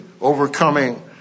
overcoming